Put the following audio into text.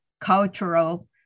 cultural